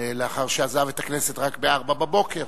לאחר שעזב את הכנסת רק ב-04:00,